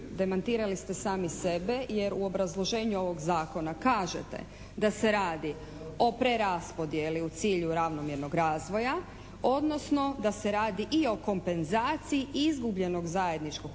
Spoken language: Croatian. Demantirali ste sami sebe jer u obrazloženju ovog zakona kažete da se radi o preraspodijeli u cilju ravnomjernog razvoja, odnosno da se radi i o kompenzaciji izgubljenog zajedničkog poreza